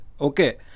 Okay